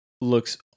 looks